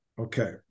okay